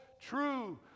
true